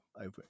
over